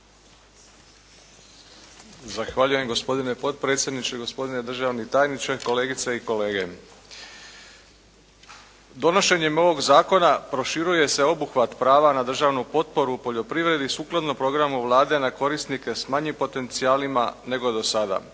Zahvaljujem. Gospodine potpredsjedniče, gospodine državni tajniče, kolegice i kolege. Donošenjem ovog zakona proširuje se obuhvat prava na državnu potporu u poljoprivredi sukladno programu Vlade na korisnike s manjim potencijalima nego do sada.